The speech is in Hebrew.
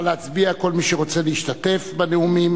נא להצביע, כל מי שרוצה להשתתף בנאומים.